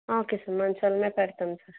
okay sir మంచి వారినే పెడతాం సార్